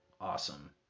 awesome